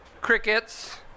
crickets